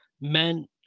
men